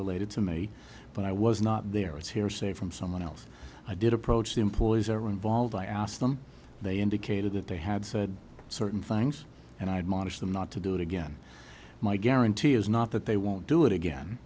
related to me but i was not there it's hearsay from someone else i did approach the employees are involved i asked them they indicated that they had said certain things and i admonished them not to do it again my guarantee is not that they won't do it again